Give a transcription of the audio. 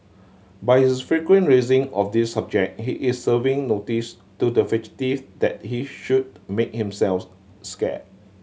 by his frequent raising of this subject he is serving notice to the fugitive that he should make himself scarce